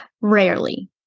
rarely